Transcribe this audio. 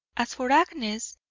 as for agnes,